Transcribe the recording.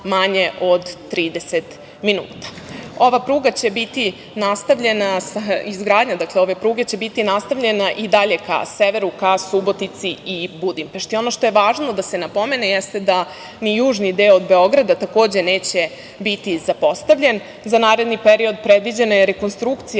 manje od 30 minuta. Ova pruga će biti nastavljena, dakle, izgradnja ove pruge će biti nastavljena i dalje ka severu, ka Subotici i Budimpešti. Ono što je važno da se napomene jeste da ni južni deo od Beograda takođe neće biti zapostavljen. Za naredni period predviđena je rekonstrukcija